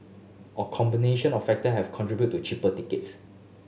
a combination of factor have contributed to cheaper tickets